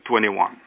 21